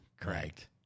correct